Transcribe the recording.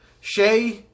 Shay